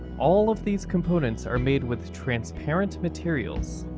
all of these components are made with transparent materials.